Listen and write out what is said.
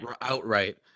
outright